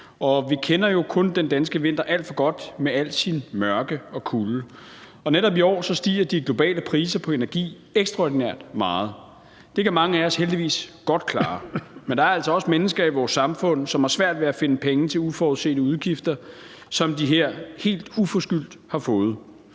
Vi kender jo kun den danske vinter alt for godt med al dens mørke og kulde, og netop i år stiger de globale priser på energi ekstraordinært meget. Det kan mange af os heldigvis godt klare, men der er altså også mennesker i vores samfund, som har svært ved at finde penge til uforudsete udgifter, som de her helt uforskyldt har fået.